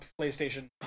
PlayStation